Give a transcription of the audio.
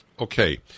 Okay